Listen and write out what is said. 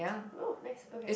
oh nice okay